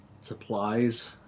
supplies